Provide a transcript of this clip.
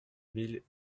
mille